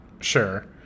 sure